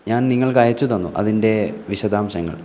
ഞാൻ നിങ്ങൾക്ക് അയച്ചു തന്നു അതിൻ്റെ വിശദാംശങ്ങൾ